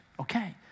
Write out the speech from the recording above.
Okay